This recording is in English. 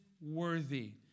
worthy